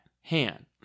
hand